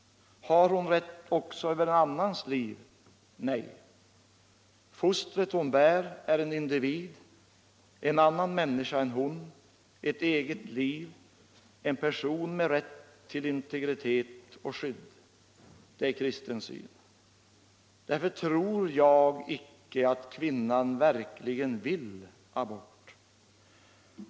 Har hon rätt också över en annans liv? Nej. Fostret hon bär är en individ, en annan människa än hon, ett eget liv, en person med rätt till integritet och skydd. Det är kristen syn. Därför tror jag icke att kvinnan verkligen vill abort.